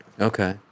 Okay